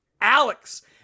Alex